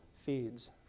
feeds